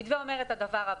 המתווה אומר את הדבר הבא: